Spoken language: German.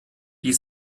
die